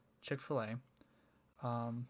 Chick-fil-A